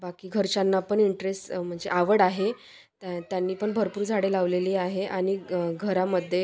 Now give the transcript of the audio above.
बाकी घरच्यांना पण इंट्रेस म्हणजे आवड आहे त्या त्यांनी पण भरपूर झाडे लावलेली आहे आणि ग घरामध्ये